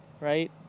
right